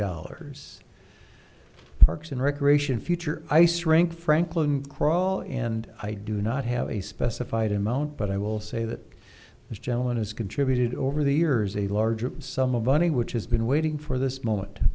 dollars parks and recreation future ice rink franklin crawl and i do not have a specified amount but i will say that this gentleman has contributed over the years a large sum of money which has been waiting for this moment